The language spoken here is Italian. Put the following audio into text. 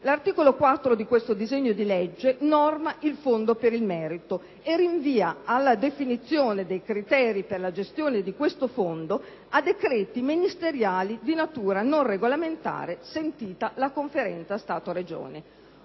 L'articolo 4 di questo disegno di legge norma il Fondo per il merito e rinvia alla definizione dei criteri per la gestione di tale Fondo a decreti ministeriali di natura non regolamentare, sentita la Conferenza Stato‑Regioni.